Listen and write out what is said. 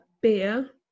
beer